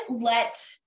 let